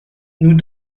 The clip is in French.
nous